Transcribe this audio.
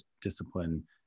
discipline